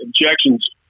injections